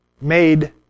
made